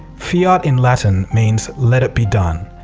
fiat in latin means let it be done.